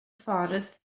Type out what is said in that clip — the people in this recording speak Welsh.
ffordd